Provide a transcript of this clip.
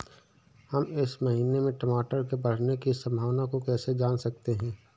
हम इस महीने में टमाटर के बढ़ने की संभावना को कैसे जान सकते हैं?